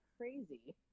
crazy